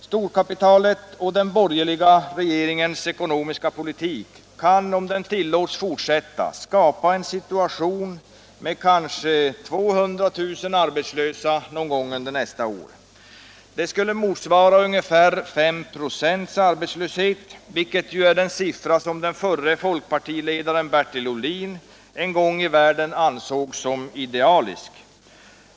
Storkapitalet och den borgerliga regeringens ekonomiska politik, om den tillåts fortsätta, kan skapa en situation med kanske 200 000 arbetslösa någon gång under nästa år. Det skulle motsvara ungefär 5 procents arbetslöshet, vilket ju är den siffra som förre folkpartiledaren Bertil Ohlin en gång i världen ansåg som idealisk.